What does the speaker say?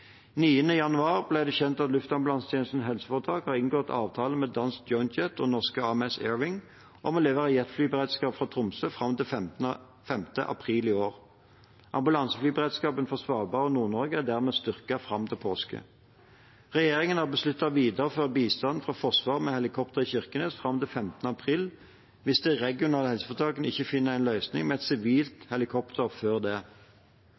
januar ble det kjent at Luftambulansetjenesten HF har inngått avtaler med danske JoinJet og norske AMS/Airwing om å levere jetflyberedskap fra Tromsø fram til 5. april i år. Ambulanseflyberedskapen for Svalbard og Nord-Norge er dermed styrket fram til påske. Regjeringen har besluttet å videreføre bistanden fra Forsvaret med helikopter i Kirkenes fram til 15. april, hvis de regionale helseforetakene ikke finner en løsning med et sivilt helikopter før det.